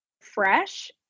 fresh